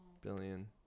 billion